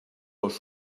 les